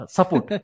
support